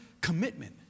commitment